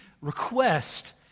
request